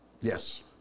Yes